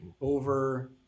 over